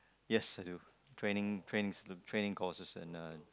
yes I do training training training courses and uh